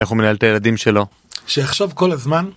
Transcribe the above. ‫איך הוא מנהל את הילדים שלו? ‫-שיחשוב כל הזמן.